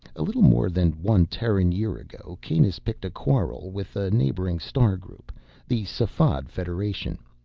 a little more than one terran year ago, kanus picked a quarrel with a neighboring star-group the safad federation.